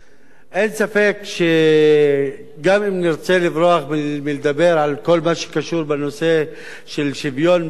אין ספק שגם אם נרצה לברוח ולדבר על כל מה שקשור בנושא של שוויון בנטל,